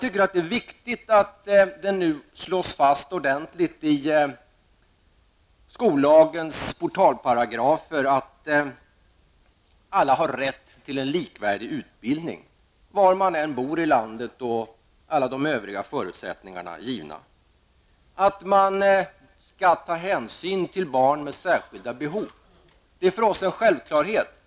Det är viktigt att det nu slås fast ordentligt i skollagens portalparagrafer att alla har rätt till en likvärdig utbildning var man än bor i landet och med alla övriga förutsättningar givna. Man skall ta hänsyn till barn med särskilda behov. Detta är för oss en självklarhet.